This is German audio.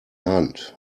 hand